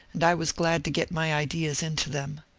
and i was glad to get my ideas into them.